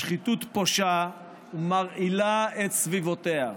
השחיתות פושה ומרעילה את סביבותיה.